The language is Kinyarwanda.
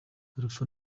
alpha